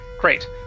great